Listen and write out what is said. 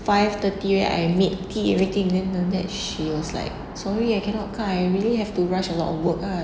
five thirty right I made tea everything then after that she was like sorry I cannot come I really have to rush a lot of work ah